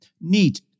neat